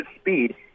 speed